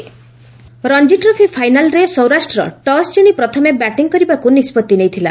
Ranji final Ranji trophy ଫାଇନାଲ୍ରେ Saurashtra toss ଜିଣି ପ୍ରଥମେ ବ୍ୟାଟିଂ କରିବାକୁ ନିଷ୍ପଭି ନେଇଥିଲା